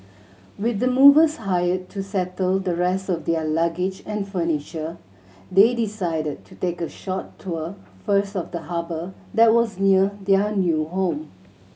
with the movers hired to settle the rest of their luggage and furniture they decided to take a short tour first of the harbour that was near their new home